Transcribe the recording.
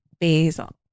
Basil